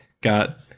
got